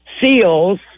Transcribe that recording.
seals